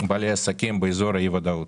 בעלי העסקים באי ודאות.